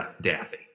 Daffy